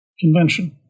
convention